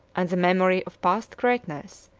and the memory of past greatness,